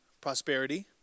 prosperity